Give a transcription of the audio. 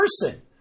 person